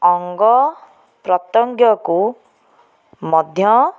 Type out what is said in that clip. ଅଙ୍ଗପ୍ରତ୍ୟଙ୍ଗକୁ ମଧ୍ୟ